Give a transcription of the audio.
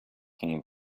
talking